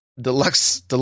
Deluxe